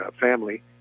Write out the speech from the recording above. family